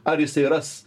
ar jisai ras